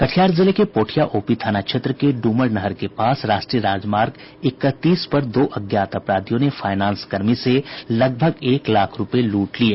कटिहार जिले के पोठिया ओपी थाना क्षेत्र के ड्मर नहर के पास राष्ट्रीय राजमार्ग इकतीस पर दो अज्ञात अपराधियों ने फायनांस कर्मी से लगभग एक लाख रूपये लूट लिये